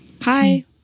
hi